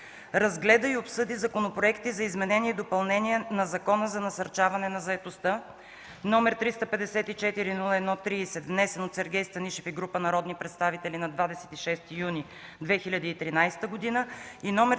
разгледа и обсъди законопроекти за изменение и допълнение на Закона за насърчаване на заетостта, № 354-01-30, внесен от Сергей Станишев и група народни представители на 26 юни 2013 г.,